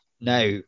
Now